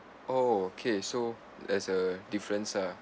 oh okay so there's a difference ah